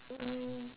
mm